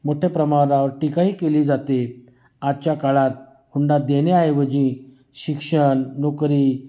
मोठ्या प्रमाणावर टीकाही केली जाते आजच्या काळात हुंडा देणेऐवजी शिक्षण नोकरी